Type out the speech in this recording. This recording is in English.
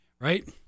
right